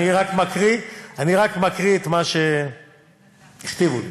אני רק מקריא את מה שהכתיבו לי.